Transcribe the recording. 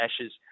Ashes